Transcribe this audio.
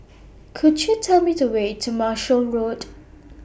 Could YOU Tell Me The Way to Marshall Road